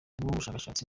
bushakashatsi